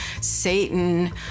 Satan